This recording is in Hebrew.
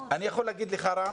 אני יכול להגיד לך, רם,